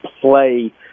play